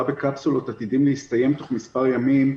בקפסולות עתידים להסתיים תוך מספר ימים,